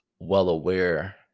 well-aware